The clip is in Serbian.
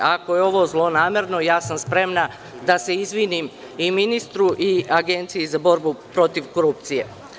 Ako je ovo zlonamerno, ja sam spremna da se izvinim i ministru i Agenciji za borbu protiv korupcije.